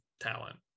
talent